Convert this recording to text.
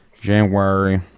January